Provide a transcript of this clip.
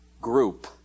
group